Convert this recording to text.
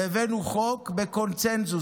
והבאנו חוק בקונסנזוס,